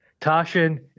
Tashin